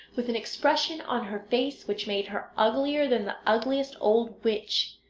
with an expression on her face which made her uglier than the ugliest old witch.